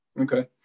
Okay